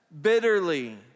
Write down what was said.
bitterly